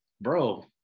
bro